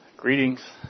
Greetings